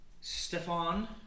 Stefan